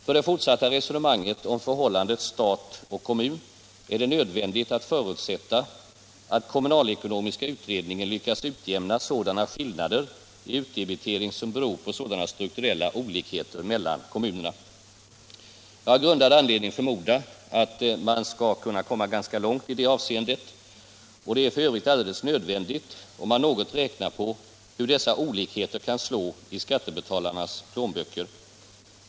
För det fortsatta resonemanget om förhållandet stat-kommun är det nödvändigt att förutsätta att kommunalekonomiska utredningen lyckats utjämna de skillnader i utdebitering som beror på sådana strukturella olikheter mellan kommunerna. Jag har grundad anledning förmoda att man skall kunna komma ganska långt i det avseendet. Och det är f. ö. alldeles nödvändigt, om man något räknar på hur dessa olikheter kan slå i skattebetalarnas plånböcker.